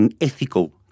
ethical